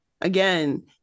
again